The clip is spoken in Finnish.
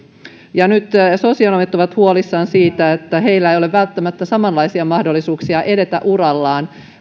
ja nyt sosionomit ovat huolissaan siitä että heillä ei ole välttämättä samanlaisia mahdollisuuksia edetä urallaan